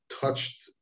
touched